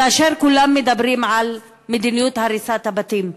כאשר כולם מדברים על מדיניות הריסת הבתים,